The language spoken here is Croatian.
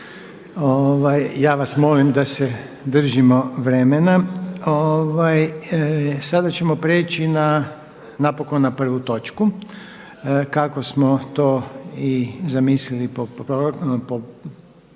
Ja vas molim da se držimo vremena. Sada ćemo preći napokon na prvu točku kako smo to i zamislili po našem